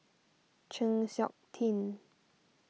Chng Seok Tin